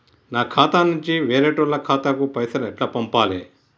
నా ఖాతా నుంచి వేరేటోళ్ల ఖాతాకు పైసలు ఎట్ల పంపాలే?